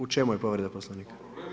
U čemu je povreda Poslovnika?